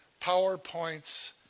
PowerPoints